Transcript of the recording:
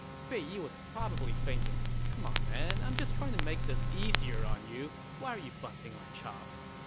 fei yi was probably thinking, c'mon man. i'm just trying to make this easier on you. why are you busting my chops?